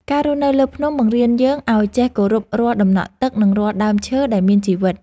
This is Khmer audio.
ការរស់នៅលើភ្នំ បង្រៀនយើងឲ្យចេះគោរពរាល់ដំណក់ទឹក និងរាល់ដើមឈើដែលមានជីវិត។